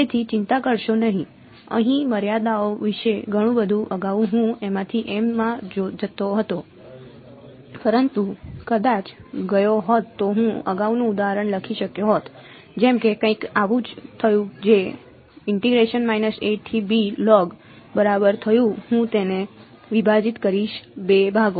તેથી ચિંતા કરશો નહીં અહીં મર્યાદાઓ વિશે ઘણું બધું અગાઉ હું એમાંથી એમાં જતો હતો પરંતુ હું કદાચ ગયો હોત તો હું અગાઉનું ઉદાહરણ લખી શક્યો હોત જેમ કે કંઈક આવું જ થયું જે બરાબર થયું હું તેને વિભાજિત કરીશ બે ભાગો